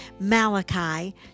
Malachi